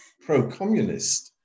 pro-communist